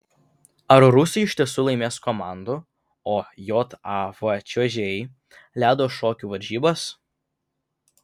ar rusai iš tiesų laimės komandų o jav čiuožėjai ledo šokių varžybas